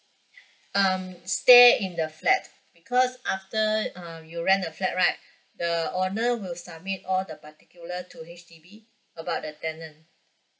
um stay in the flat because after uh you rent the flat right the owner will submit all the particular to H_D_B about the tenant